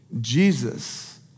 Jesus